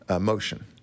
motion